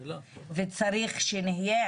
אני מבקש שתעזוב את האולם,